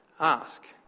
Ask